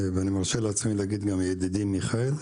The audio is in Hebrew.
ואני מרשה לעצמי לומר גם ידידי מיכאל,